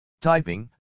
Typing